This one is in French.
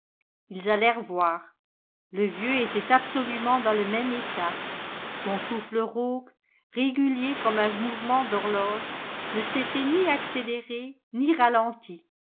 ils allèrent voir le vieux était absolument dans le même état son souffle rauque réguher comme un mouvement d'horloge ne s'était ni accéléré ni ralenti